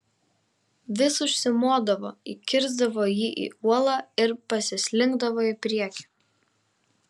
vis užsimodavo įkirsdavo jį į uolą ir pasislinkdavo į priekį